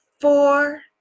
four